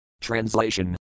Translation